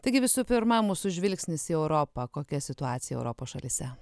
taigi visų pirma mūsų žvilgsnis į europą kokia situacija europos šalyse